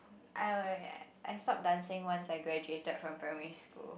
I know right I stopped dancing once I graduated from primary school